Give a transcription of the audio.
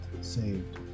saved